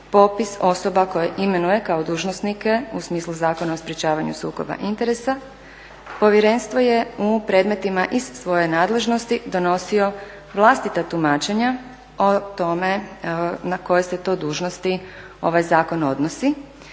popis osoba koje imenuje kao dužnosnike u smislu Zakona o sprječavanju sukoba interesa, Povjerenstvo je u predmetima iz svoje nadležnosti donosio vlastita tumačenja o tome na koje se to dužnosti ovaj zakon odnosi